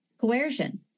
coercion